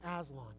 Aslan